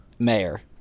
mayor